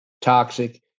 toxic